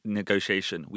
negotiation